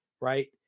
right